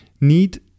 need